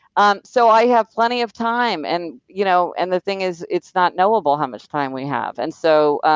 um so i have plenty of time, and you know and the thing is it's not knowable how much time we have and so,